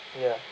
ya